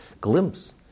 glimpse